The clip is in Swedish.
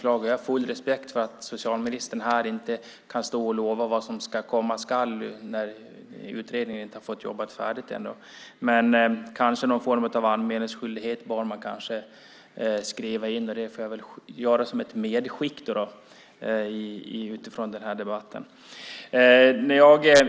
Jag har full respekt för att socialministern inte kan stå här och lova vad som komma skall när utredningen inte har fått jobba färdigt ännu, men kanske bör man skriva in någon form av anmälningsskyldighet. Det får bli ett medskick från den här debatten.